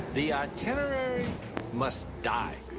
the itinerary must die.